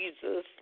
Jesus